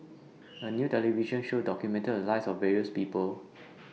A New television Show documented The Lives of various People